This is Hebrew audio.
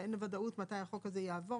הרי אין ודאות מתי החוק הזה יעבור,